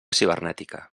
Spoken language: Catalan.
cibernètica